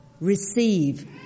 Receive